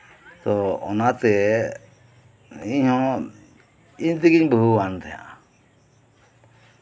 ᱛᱚ ᱚᱱᱟ ᱛᱮ ᱤᱧᱦᱚᱸ ᱤᱧ ᱛᱮᱜᱤᱧ ᱵᱟᱹᱦᱩᱣᱟᱱ ᱛᱟᱸᱦᱮᱱᱟ